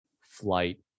flight